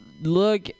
look